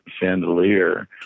chandelier